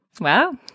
Wow